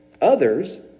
others